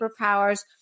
superpowers